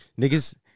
Niggas